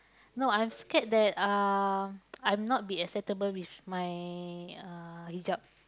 no I'm scared that uh I'm not be acceptable with my uh hijab